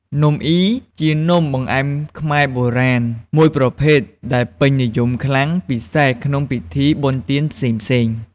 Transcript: នំអុីជានំបង្អែមខ្មែរបុរាណមួយប្រភេទដែលពេញនិយមខ្លាំង ពិសេសក្នុងពិធីបុណ្យទានផ្សេងៗ។